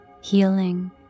healing